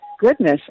goodness